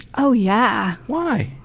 oh yeah. why?